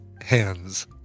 hands